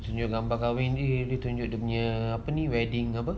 tunjuk gambar kahwin dia dia tunjuk dia punya wedding apa